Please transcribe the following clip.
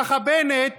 ככה בנט